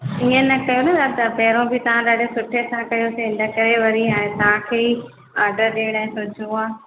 ईअं न कयो न दादा पहिरियों बि तव्हां ॾाढो सुठे सां कयोसीं इनकरे हाणे वरी तव्हांखे ई ऑर्डर ॾियण जो सोचो आहे